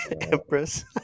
empress